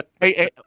hey